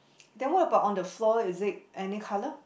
then what about on the floor is it any colour